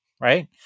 Right